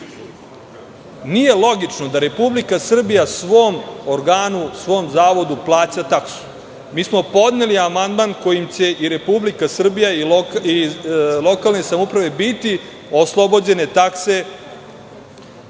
Nije logično da Republika Srbija svom organu, svom zavodu plaća taksu. Mi smo podneli amandman kojim će i Republika Srbija i lokalne samouprave biti oslobođene takse